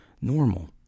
normal